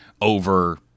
over